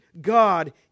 god